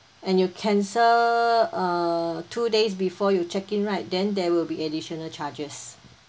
and you cancel uh two days before you check in right then there will be additional charges